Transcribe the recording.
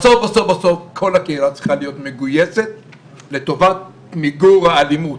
בסוף בסוף כל הקהילה צריכה להיות מגויסת לטובת מיגור האלימות.